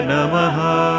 Namaha